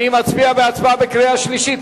נצביע בקריאה שלישית.